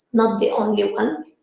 not the only one.